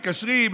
מתקשרים,